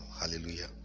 hallelujah